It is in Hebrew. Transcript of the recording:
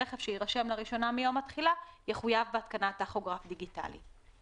רכב שיירשם לראשונה מיום התחילה יחויב בהתקנת טכוגרף דיגיטלי.